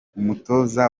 umutoza